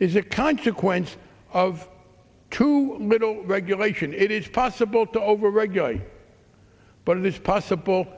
is a consequence of too little regulation it is possible to overregulate but it is possible